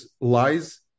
lies